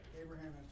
Abraham